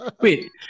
Wait